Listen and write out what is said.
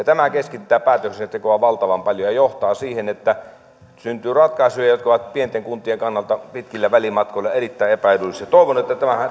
tämä keskittää päätöksentekoa valtavan paljon ja johtaa siihen että syntyy ratkaisuja jotka ovat pienten kuntien kannalta pitkillä välimatkoilla erittäin epäedullisia toivon että